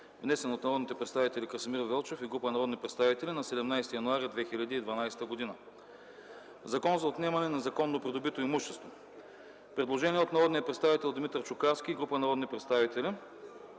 внесен от народните представители Красимир Велчев и група народни представители на 17 януари 2012 г.” „Закон за отнемане на незаконно придобито имущество” Предложение от народния представител Димитър Чукарски и група народни представители: